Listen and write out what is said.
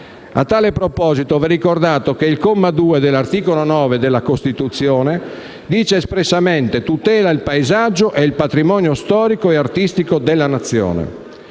A tale proposito va ricordato che il secondo comma dell'articolo 9 della Costituzione dice espressamente «tutela il paesaggio e il patrimonio storico e artistico della Nazione».